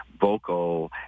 vocal